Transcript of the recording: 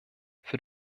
für